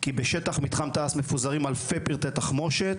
כי בשטח מתחם תעש מפוזרים אלפי פרטי תחמושת,